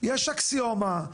יש אקסיומה,